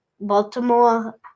Baltimore